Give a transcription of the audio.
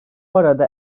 arada